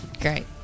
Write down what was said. Great